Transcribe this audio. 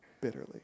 bitterly